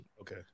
Okay